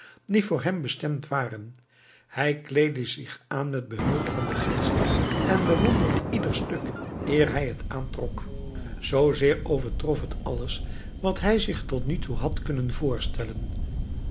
die voor hem bestemd waren hij kleedde zich aan met behulp van den geest en bewonderde ieder stuk eer hij het aantrok zoozeer overtrof het alles wat hij zich tot nog toe had kunnen voorstellen